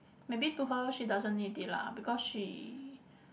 maybe to her she doesn't need it lah because she